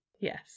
Yes